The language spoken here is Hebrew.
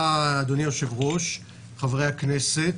אדוני היושב-ראש, חברי כנסת,